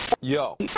Yo